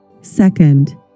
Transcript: Second